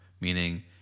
Meaning